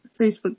Facebook